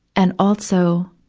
and also,